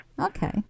Okay